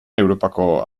europako